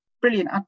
brilliant